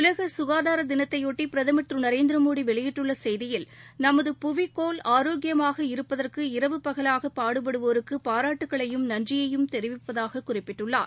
உலகசுகாதாரதினத்தையொட்டிபிரதமர் திருநரேந்திரமோடிவெளியிட்டுள்ளசெய்தியில் நமது புவிக்கோள் ஆரோக்கியமாக இருப்பதற்கு இரவு பகலாகபாடுபடுவோருக்குபாராட்டுக்களையும் நன்றியையும் தெரிவிப்பதாகக் குறிப்பிட்டுள்ளார்